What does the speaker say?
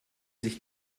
sich